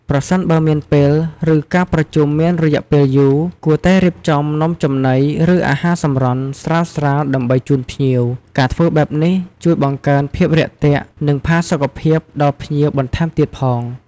ប្រសិនបើមានពេល ឬការប្រជុំមានរយៈពេលយូរ គួរតែរៀបចំនំចំណី ឬអាហារសម្រន់ ស្រាលៗដើម្បីជូនភ្ញៀវ ការធ្វើបែបនេះជួយបង្កើនភាពរាក់ទាក់ និងផាសុកភាពដល់ភ្ញៀវបន្ថែមទៀតផង។